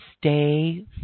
stay